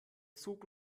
zug